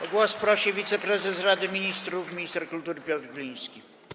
O głos prosi wiceprezes Rady Ministrów, minister kultury Piotr Gliński.